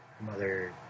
mother